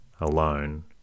alone